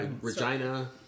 Regina